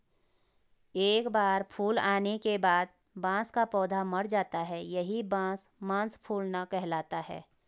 एक बार फूल आने के बाद बांस का पौधा मर जाता है यही बांस मांस फूलना कहलाता है